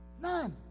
None